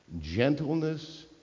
gentleness